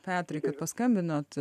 petrai kad paskambinot